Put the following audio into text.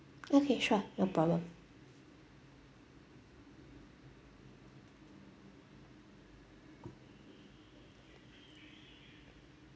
okay sure no problem